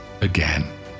again